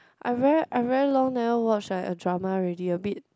I very I very long never watch like a drama already a bit